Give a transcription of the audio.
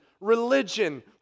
religion